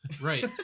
Right